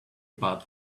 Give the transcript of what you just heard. part